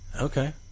okay